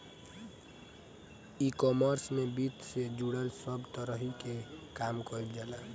ecommerce में वित्त से जुड़ल सब तहरी के काम कईल जाला